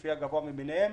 לפי הגבוה מביניהם,